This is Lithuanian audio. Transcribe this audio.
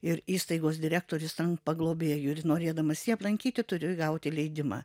ir įstaigos direktorius tampa globėju ir norėdamas jį aplankyti turi gauti leidimą